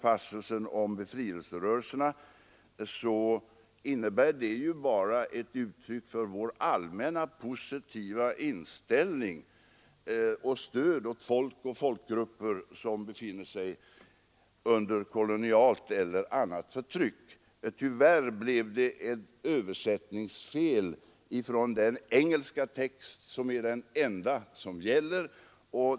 Passusen om befrielserörelserna är bara ett uttryck för vår allmänna, positiva inställning och vårt stöd till folk och folkgrupper som befinner sig under kolonialt eller annat förtryck. Tyvärr blev det ett fel i översättningen från den engelska text som är den enda som gäller.